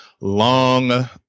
long